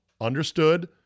Understood